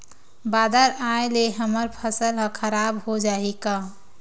बादर आय ले हमर फसल ह खराब हो जाहि का?